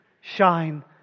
shine